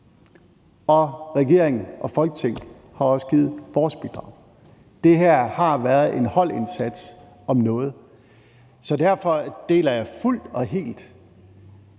regeringen og Folketinget har også givet vores bidrag. Det her har været en holdindsats om noget. Derfor deler jeg fuldt og helt